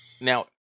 Now